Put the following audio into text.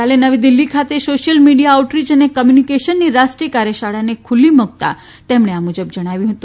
ગઇકાલે નવી દિલ્હી ખાતે social media outreach અને કોમ્યુનિકેશનની રાષ્ટ્રીય કાર્યશાળાને ખુલ્લી મુકતા તેમણે આ મુજબ જણાવ્યું છે